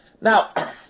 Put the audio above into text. Now